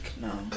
no